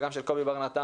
וגם של קובי בר נתן,